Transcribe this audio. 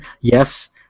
yes